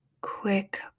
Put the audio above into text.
quick